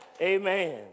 Amen